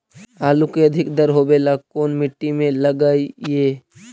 आलू के अधिक दर होवे ला कोन मट्टी में लगीईऐ?